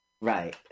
Right